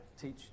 teach